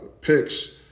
picks